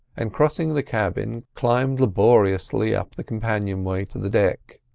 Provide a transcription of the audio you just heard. and crossing the cabin climbed laboriously up the companionway to the deck.